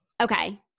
Okay